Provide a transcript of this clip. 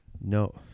No